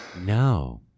no